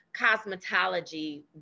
cosmetology